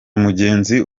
mugenzi